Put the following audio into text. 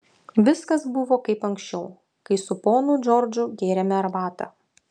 viskas buvo kaip ir anksčiau kai su ponu džordžu gėrėme arbatą